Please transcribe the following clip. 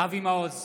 אבי מעוז,